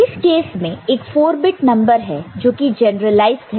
इस केस में एक 4 बिट नंबर है जो कि जनरल है